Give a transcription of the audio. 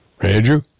Andrew